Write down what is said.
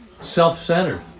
self-centered